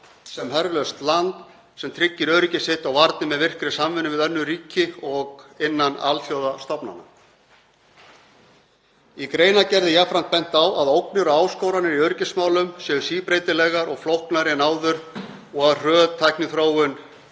sem herlaust land sem tryggir öryggi sitt og varnir með virkri samvinnu við önnur ríki og innan alþjóðastofnana Í greinargerð er jafnframt bent á að ógnir og áskoranir í öryggismálum séu síbreytilegar og flóknari en áður og að hröð tækniþróun,